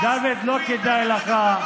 דוד, לא כדאי לך.